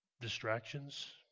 distractions